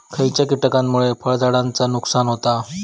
खयच्या किटकांमुळे फळझाडांचा नुकसान होता?